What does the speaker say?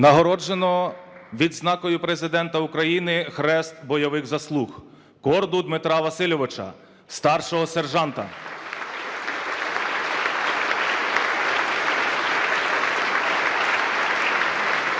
Нагороджено відзнакою Президента України "Хрест бойових заслуг": Корду Дмитра Васильовича, старшого сержанта